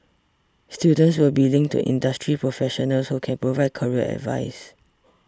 students will be linked to industry professionals who can provide career advice